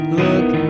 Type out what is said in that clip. look